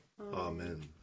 Amen